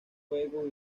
fuego